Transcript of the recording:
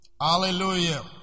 Hallelujah